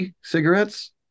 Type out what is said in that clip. cigarettes